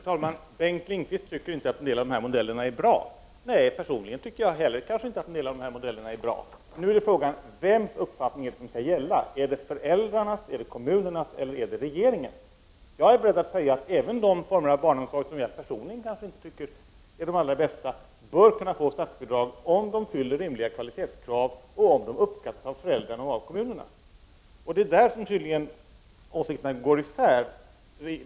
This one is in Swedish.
Herr talman! Bengt Lindqvist tycker inte att en del av de här modellerna är bra. Nej, personligen tycker inte jag heller att en del av de här modellerna är bra. Nu är frågan: Vems uppfattning är det som skall gälla, är det föräldrarnas, kommunernas eller regeringens? Jag är beredd att säga att även de former av barnomsorg som jag personligen kanske inte tycker är de allra bästa bör kunna få statsbidrag om de fyller rimliga kvalitetskrav och om de uppskattas av föräldrarna och kommunerna. Det är tydligen där som åsikterna går isär.